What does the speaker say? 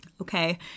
Okay